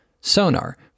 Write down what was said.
Sonar